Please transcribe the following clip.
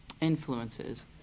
Influences